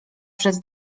przez